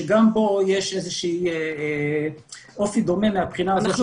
שגם בו יש איזה שהוא אופי דומה --- אנחנו